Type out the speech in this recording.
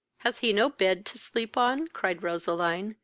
has he no bed to sleep on? cried roseline,